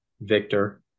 Victor